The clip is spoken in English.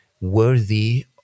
worthy